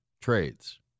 trades